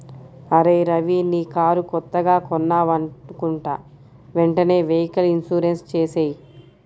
అరేయ్ రవీ నీ కారు కొత్తగా కొన్నావనుకుంటా వెంటనే వెహికల్ ఇన్సూరెన్సు చేసేయ్